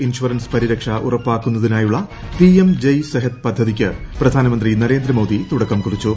insurance പരിരക്ഷ ഉറപ്പാക്കുന്നതിനായുള്ള PM JAY Sehat പദ്ധതിയ്ക്ക് പ്രധാനമന്ത്രി നരേന്ദ്രമോദി തുടക്കം കുറിച്ചു